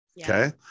Okay